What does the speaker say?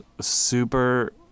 super